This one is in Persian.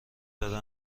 داده